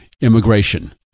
immigration